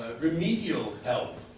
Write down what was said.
remedial help.